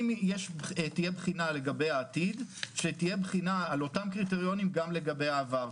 אם תהיה בחינה לגבי העתיד שתהיה בחינה על אותם קריטריונים גם לגבי העבר.